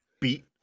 beat